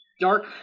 Dark